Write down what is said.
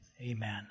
Amen